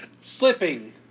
Slipping